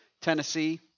Tennessee